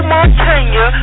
Montana